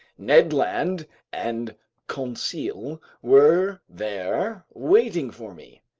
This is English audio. ned land and conseil were there waiting for me.